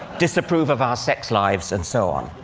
disapprove of our sex lives, and so on.